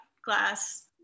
glass